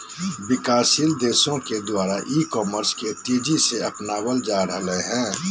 विकासशील देशों के द्वारा ई कॉमर्स के तेज़ी से अपनावल जा रहले हें